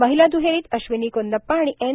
महिला दुहेरीत अश्विनी कोनप्पा आणि एन